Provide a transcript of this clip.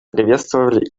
приветствовали